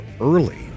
early